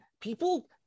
people